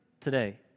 today